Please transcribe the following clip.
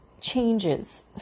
changes